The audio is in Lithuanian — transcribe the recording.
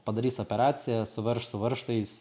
padarys operaciją suverš su varžtais